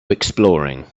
exploring